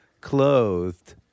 clothed